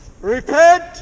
Repent